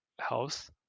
house